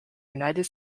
united